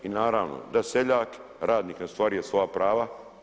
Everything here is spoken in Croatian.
I naravno da seljak, radnik ne ostvaruje svoja prava.